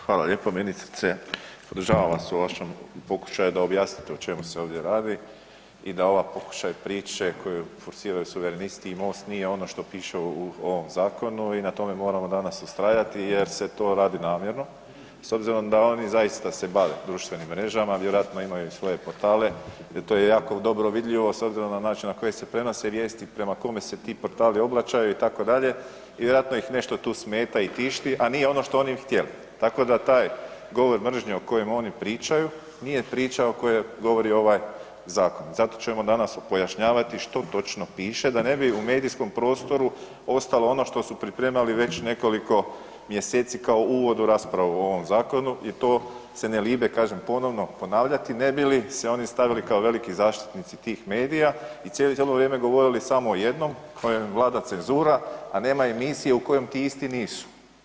Hvala lijepo ministrice, podržavam vas u vašem pokušaju da objasnite o čemu se ovdje radi i da ovaj pokušaj priče koju forsiraju suverenisti i MOST nije ono što piše u ovom zakonu i na tome moramo danas ustrajati jer se to radi namjerno s obzirom da oni zaista se bave društvenim mrežama vjerojatno imaju i svoje portale jer to je jako dobro vidljivo s obzirom na način na koji se prenose vijesti, prema kome se ti portali obraćaju itd. i vjerojatno ih nešto tu smeta i tišti, a nije ono što oni bi htjeli, tako da taj govor mržnje o kojem oni pričaju nije priča o kojoj govori ovaj zakon, zato ćemo danas pojašnjavati što točno piše da ne bi u medijskom prostoru ostalo ono što su pripremali već nekoliko mjeseci kao uvod u raspravu o ovom zakonu i to se ne libe, kažem, ponovno ponavljati ne bi li se oni stavili kao veliki zaštitnici tih medija i cijelo vrijeme govorili samo o jednom u kojem vlada cenzura, a nema emisije u kojem ti isti nisu.